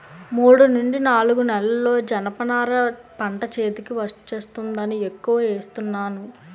మూడు నుండి నాలుగు నెలల్లో జనప నార పంట చేతికి వచ్చేస్తుందని ఎక్కువ ఏస్తున్నాను